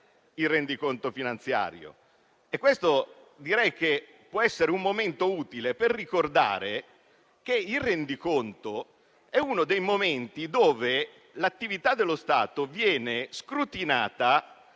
il rendiconto finanziario.